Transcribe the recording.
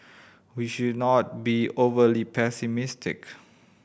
we should not be overly pessimistic